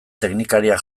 teknikariak